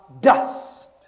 dust